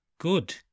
Good